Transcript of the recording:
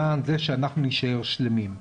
למען זה שאנחנו נישאר שלמים.